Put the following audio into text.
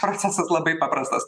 procesas labai paprastas